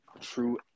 true